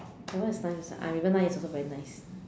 that one is nice I even now it is also very nice